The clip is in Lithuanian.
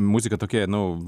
muzika tokia nu